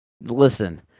Listen